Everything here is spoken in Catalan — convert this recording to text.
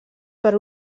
per